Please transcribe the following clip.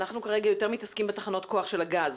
אנחנו כרגע יותר מתעסקים בתחנות כוח של הגז.